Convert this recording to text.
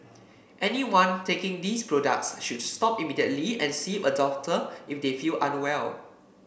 anyone taking these products should stop immediately and see a doctor if they feel unwell